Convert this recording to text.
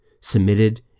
submitted